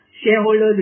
Shareholders